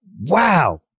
wow